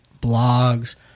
blogs